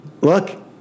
look